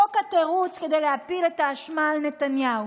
חוק התירוץ כדי להפיל את האשמה על נתניהו,